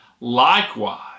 Likewise